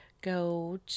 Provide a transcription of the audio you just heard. go